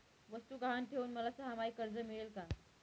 वस्तू गहाण ठेवून मला सहामाही कर्ज मिळेल का?